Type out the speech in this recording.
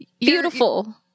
beautiful